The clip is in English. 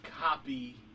copy